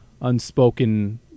unspoken